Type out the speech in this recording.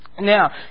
Now